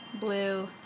Blue